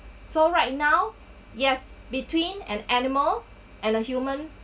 so right now yes between an animal and the human